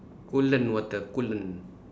coolant water coolant